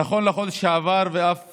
נכון לחודש שעבר, על אף